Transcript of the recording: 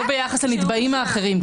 לא ביחס לנתבעים האחרים.